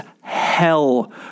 hell